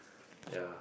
ya